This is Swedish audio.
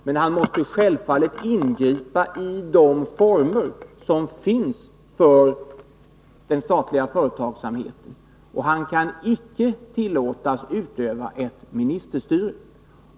Men han måste självfallet ingripa utifrån de former som finns för den statliga företagsamheten, och han kan icke tillåtas utöva ett ministerstyre.